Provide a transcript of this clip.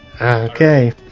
Okay